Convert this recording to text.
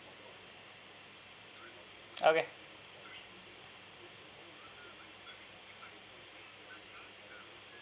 okay